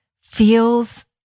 feels